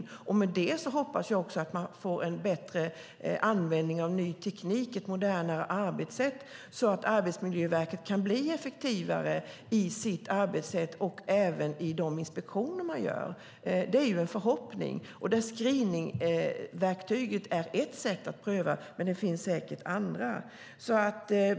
I och med det hoppas jag också att man får en bättre användning av ny teknik och ett modernare arbetssätt så att Arbetsmiljöverket kan bli effektivare i sitt arbetssätt och även vid de inspektioner som man gör. Det är en förhoppning. Screeningverktyget är ett sätt att pröva, men det finns säkert andra.